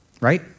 right